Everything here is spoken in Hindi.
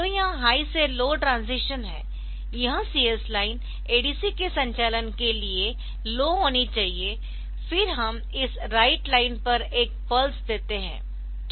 तो यह हाई से लो ट्रांजीशन है यह CS लाइन ADC के संचालन के लिए लो होनी चाहिए फिर हम इस राइट लाइन पर एक पल्स देते है